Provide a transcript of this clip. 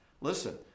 Listen